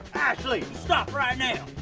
ashley, you stop right now!